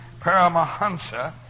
paramahansa